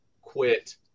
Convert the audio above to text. quit